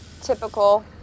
Typical